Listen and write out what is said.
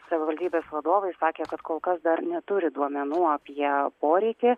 savivaldybės vadovai sakė kad kol kas dar neturi duomenų apie poreikį